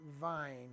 vine